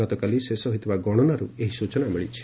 ଗତକାଲି ଶେଷ ହୋଇଥିବା ଗଣନାରୁ ଏହି ସ୍ୟଚନା ମିଳିଛି